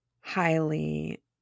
highly